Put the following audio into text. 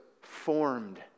formed